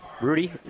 Rudy